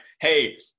hey